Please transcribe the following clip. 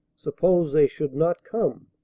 suppose they should not come!